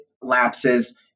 lapses